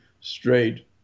straight